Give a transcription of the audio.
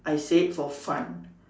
I said for fun